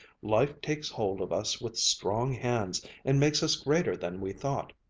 life takes hold of us with strong hands and makes us greater than we thought.